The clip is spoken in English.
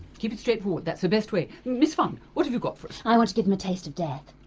keep it straightforward, that's the best way. miss funn, what have you got for us? i want to give them a taste of death.